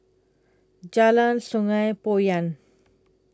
Jalan Sungei Poyan